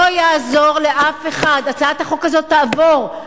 לא יעזור לאף אחד, הצעת החוק הזאת תעבור.